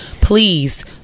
Please